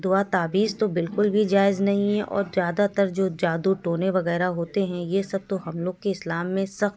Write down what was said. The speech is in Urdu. دعا تعویذ تو بالکل بھی جائز نہیں ہے اور زیادہ تر جو جادو ٹونے وغیرہ ہوتے ہیں یہ سب تو ہم لوگ کے اسلام میں سخت